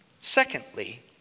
Secondly